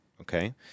Okay